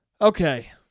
Okay